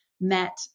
met